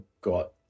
got